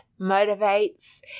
motivates